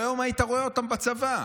היום היית רואה אותם בצבא,